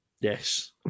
Yes